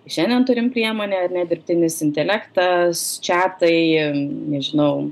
šiandien turim priemonę ar ne dirbtinis intelektas čiatai nežinau